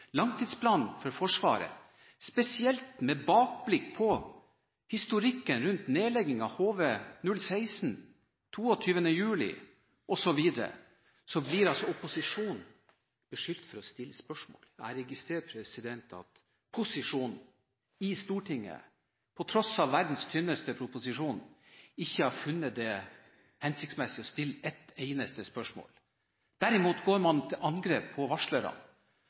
langtidsplanen for Forsvaret, og spesielt med tilbakeblikk på historikken – nedleggingen av HV16, den 22. juli osv. – blir opposisjonen beskyldt for å stille spørsmål. Jeg registrerer at posisjonen i Stortinget, på tross av verdens tynneste proposisjon, ikke har funnet det hensiktsmessig å stille ett eneste spørsmål. Derimot går man til angrep på varslere.